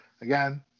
Again